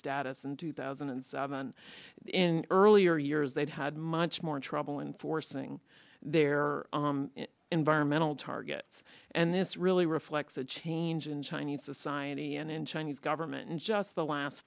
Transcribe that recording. status in two thousand and seven in earlier years they'd had much more trouble in forcing their environmental targets and this really reflects a change in chinese society and in chinese government and just the last